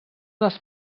les